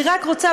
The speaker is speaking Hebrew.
אני רק רוצה,